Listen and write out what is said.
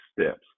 steps